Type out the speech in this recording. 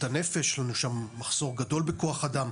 הנפש יש לנו שם מחסור גדול בכוח אדם.